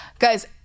Guys